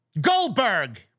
Goldberg